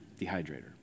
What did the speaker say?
dehydrator